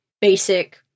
basic